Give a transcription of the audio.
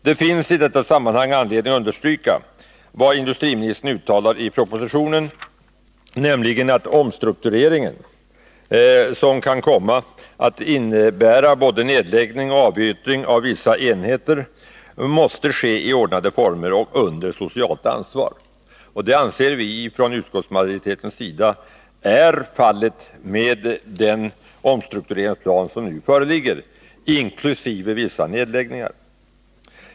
Det finns i detta sammanhang anledning understryka vad industriministern uttalar i propositionen, nämligen att omstruktureringen, som kan komma att innebära både nedläggning och avyttring av vissa enheter, måste ske i ordnade former och under socialt ansvar. Det anser vi inom utskottsmajoriteten är fallet med den omstruktureringsplan som nu föreligger, inkl. vissa nedläggningar.